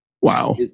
Wow